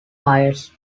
highest